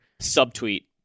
subtweet